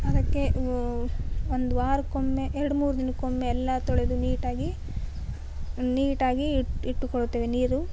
ಅದಕ್ಕೆ ಒಂದು ವಾರಕ್ಕೊಮ್ಮೆ ಎರಡು ಮೂರು ದಿನಕ್ಕೊಮ್ಮೆ ಎಲ್ಲ ತೊಳೆದು ನೀಟಾಗಿ ನೀಟಾಗಿ ಇಟ್ಟುಕೊಳ್ಳುತ್ತೇವೆ ನೀರು